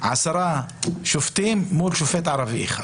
10 שופטים מול שופט ערבי אחד.